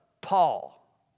Paul